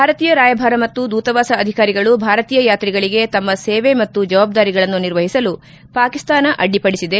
ಭಾರತೀಯ ರಾಯಭಾರ ಮತ್ತು ದೂತವಾಸ ಅಧಿಕಾರಿಗಳು ಭಾರತೀಯ ಯಾತ್ರಿಗಳಗೆ ತಮ್ಮ ಸೇವೆ ಮತ್ತು ಜವಾಬ್ದಾರಿಗಳನ್ನು ನಿರ್ವಹಿಸಲು ಪಾಕಿಸ್ತಾನ ಅಡ್ಡಿಪಡಿಸಿದೆ